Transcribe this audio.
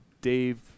Dave